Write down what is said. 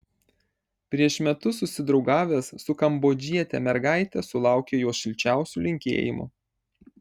prieš metus susidraugavęs su kambodžiete mergaite sulaukė jos šilčiausių linkėjimų